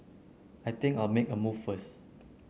I think I'll make a move first